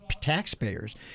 taxpayers